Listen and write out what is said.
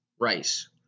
rice